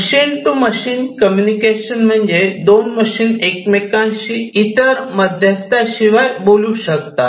machine to machine communication म्हणजे दोन machine एकमेकांशी इतर मध्यस्थ शिवाय बोलू शकतात